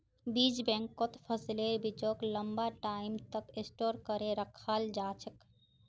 बीज बैंकत फसलेर बीजक लंबा टाइम तक स्टोर करे रखाल जा छेक